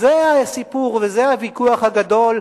זה הסיפור וזה הוויכוח הגדול,